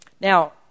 Now